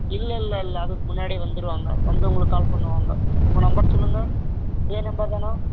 இல்லை இல்லை இல்லை அதுக்கு முன்னாடியே வந்துருவாங்க வந்து உங்களுக்கு கால் பண்ணுவாங்க உங்கள் நம்பர் சொல்லுங்கள் இதே நம்பர் தானே